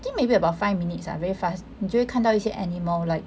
think maybe about five minutes ah very fast 你就会看到一些 animal like